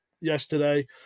yesterday